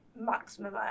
maximum